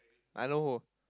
I know who